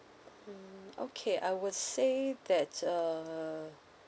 mm okay I would say that's err